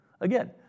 Again